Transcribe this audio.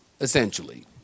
essentially